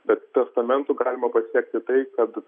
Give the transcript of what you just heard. bet testamentu galima pasiekti tai kad